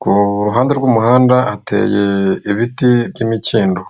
ku ruhande rw'umuhanda hateye ibiti by'imikindo.